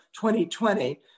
2020